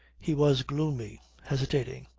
he was gloomy, hesitating.